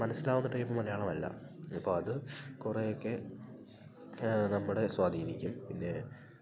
മനസ്സിലാവുന്ന ടൈപ്പ് മലയാളമല്ല അപ്പോള് അത് കുറേയെക്കെ നമ്മളെ സ്വാധീനിക്കും പിന്നെ